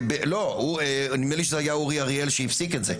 לא, נדמה לי שזה היה אורי אריאל שהפסיק את זה.